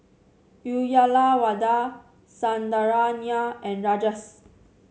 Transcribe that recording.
Uyyalawada Sundaraiah and Rajesh